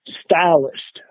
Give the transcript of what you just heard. stylist